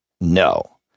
No